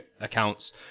accounts